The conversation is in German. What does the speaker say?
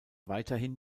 weiterhin